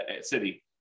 city